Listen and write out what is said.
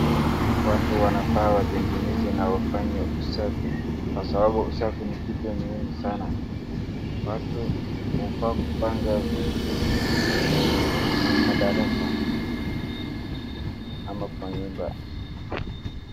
Watu wanafaa wategeneze na wafanye usafi kwa sababu usafi ni kitu muhimu sana. Watu ufaa kupanga viti kwenye madarasa ama kwa nyumba.